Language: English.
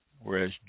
whereas